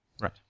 Right